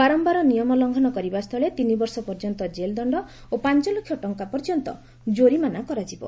ବାରମ୍ଘାର ନିୟମ ଲଙ୍ଘନ କରିବା ସ୍ଥଳେ ତିନିବର୍ଷ ପର୍ଯ୍ୟନ୍ତ ଜେଲ୍ ଦଣ୍ଡ ଓ ପାଞ୍ଚ ଲକ୍ଷ ଟଙ୍କା ପର୍ଯ୍ୟନ୍ତ ଜୋରିମାନା କରାଯିବ